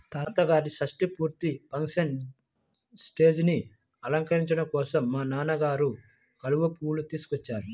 తాతగారి షష్టి పూర్తి ఫంక్షన్ స్టేజీని అలంకరించడం కోసం మా నాన్న కలువ పూలు తీసుకొచ్చారు